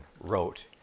wrote